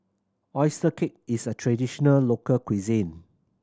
oyster cake is a traditional local cuisine